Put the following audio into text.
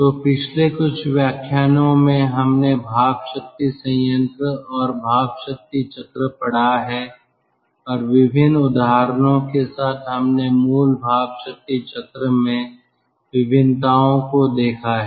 तो पिछले कुछ व्याख्यानों में हमने भाप शक्ति संयंत्र और भाप शक्ति चक्र पढ़ा है और विभिन्न उदाहरणों के साथ हमने मूल भाप शक्ति चक्र में विभिन्नताओं को देखा है